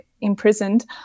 imprisoned